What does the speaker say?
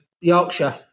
Yorkshire